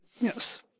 Yes